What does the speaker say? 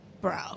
Bro